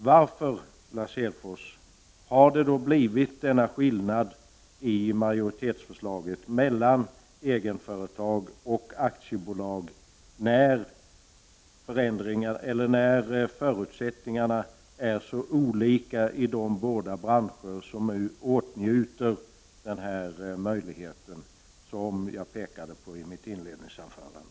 Varför har då denna skillnad mellan egenföretag och aktiebolag uppstått i majoritetsförslaget, Lars Hedfors, när förutsättningarna är så olika i de båda branscher som nu åtnjuter den möjlighet som jag pekade på i mitt inledningsanförande?